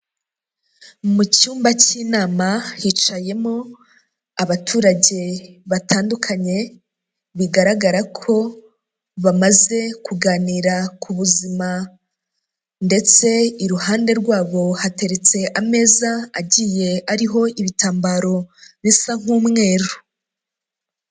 Mu cyumba cy'inama hicayemo abaturage batandukanye bigaragara ko bamaze kuganira ku buzima ndetse iruhande rwabo hateretse ameza agiye ariho ibitambaro bisa nk'umweru.